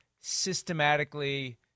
systematically